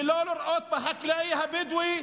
ולא לראות את החקלאי הבדואי,